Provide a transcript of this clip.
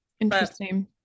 interesting